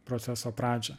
proceso pradžią